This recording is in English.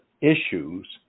issues